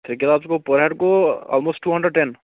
ترٛےٚ کِتاب سُہ گوٚو پٔر ہٮ۪ڈ گوٚو almost two hundred ten